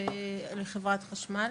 ולחברת חשמל.